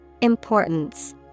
Importance